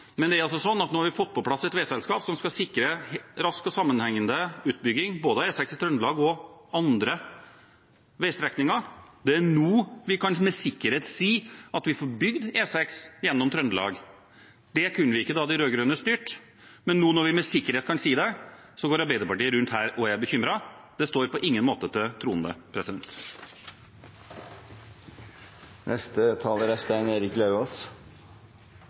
Nå har vi fått på plass et veiselskap som skal sikre rask og sammenhengende utbygging av både E6 i Trøndelag og andre veistrekninger. Det er nå vi med sikkerhet kan si at vi får bygd E6 gjennom Trøndelag. Det kunne vi ikke da de rød-grønne styrte. Men nå når vi med sikkerhet kan si det, går Arbeiderpartiet rundt her og er bekymret. Det står på ingen måte til troende. Jeg hører at Fremskrittspartiets og Høyres representanter er